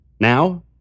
Now